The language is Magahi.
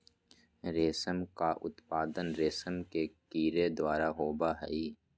रेशम का उत्पादन रेशम के कीड़े द्वारा होबो हइ